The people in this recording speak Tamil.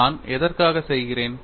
நான் எதற்காக செய்கிறேன்